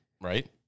Right